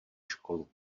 školu